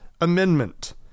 amendment